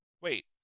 Wait